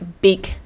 big